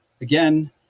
Again